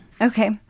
Okay